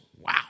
Wow